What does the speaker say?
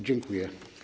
Dziękuję.